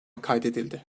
kaydedildi